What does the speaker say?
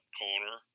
corner